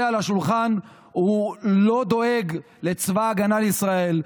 על השולחן לא דואג לצבא ההגנה לישראל,